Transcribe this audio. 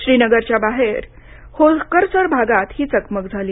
श्रीनगरच्या बाहेर होकरसर भागात ही चकमक झाली